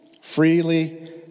freely